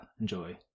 enjoy